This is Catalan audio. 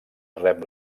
rep